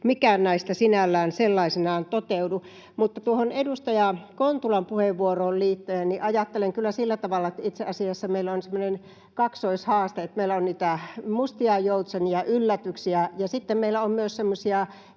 Mikään näistä sinällään ei sellaisenaan toteudu. Mutta tuohon edustaja Kontulan puheenvuoroon liittyen ajattelen kyllä sillä tavalla, että itse asiassa meillä on semmoinen kaksoishaaste: Meillä on niitä mustia joutsenia, yllätyksiä, ja sitten meillä on myös semmoisia